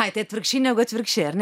ai tai atvirkščiai negu atvirkščiai ar ne